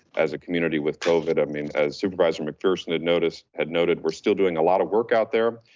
as a community with covid. i mean, as supervisor mcpherson had noticed, had noted, we're still doing a lot of work out there.